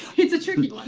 it's a tricky one!